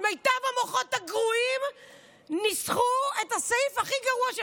מיטב המוחות הגרועים ניסחו את הסעיף הכי גרוע.